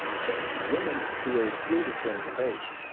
especially women, who were excluded from cafes.